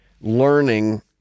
learning